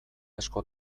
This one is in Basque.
asko